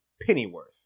Pennyworth